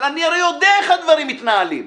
אבל אני הרי יודע איך הדברים מתנהלים.